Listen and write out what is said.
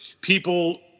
people